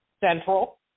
Central